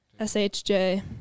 SHJ